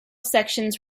sections